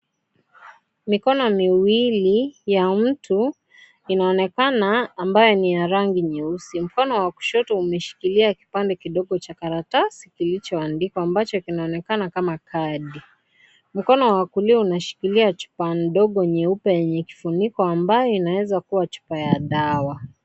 Mikono miwili ya mtu inaonekana ambaye ni ya rangi nyeusi mkono wa kushoto umeshikilia kipande kidogo cha karatasi kilichoandikwa ambacho kinaonekana kama kadi, mkono wa kulia umeshikilia chupa ndogo nyeupe yenye kifuniko ambayo inaezakuwa chupa ya dawa.